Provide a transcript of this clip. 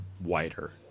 wider